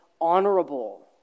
honorable